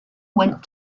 went